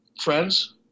friends